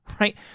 right